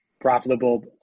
profitable